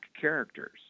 characters